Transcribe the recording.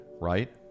right